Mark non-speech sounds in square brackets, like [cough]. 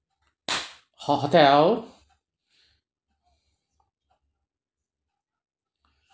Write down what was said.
ho~ hotel [breath]